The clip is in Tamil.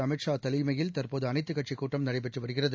அமித்ஷா தலைமையில் தற்போதுஅனைத்துக்கட்சிக் கூட்டம் நடைபெற்றுவருகிறது